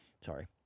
sorry